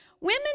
women